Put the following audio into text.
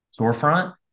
storefront